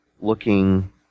looking